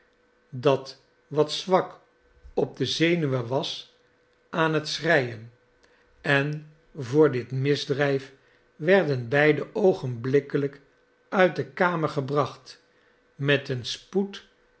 dat wat zwak op de zenuwen was aan het schreien en voor dit misdrijf werden beide oogenblikkelijk uit de kamer gebracht met een spoed